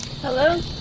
Hello